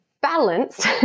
balanced